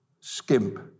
skimp